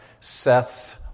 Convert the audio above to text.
Seth's